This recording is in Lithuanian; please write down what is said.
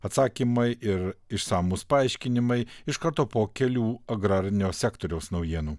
atsakymai ir išsamūs paaiškinimai iš karto po kelių agrarinio sektoriaus naujienų